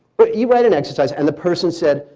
but you write an exercise and the person said,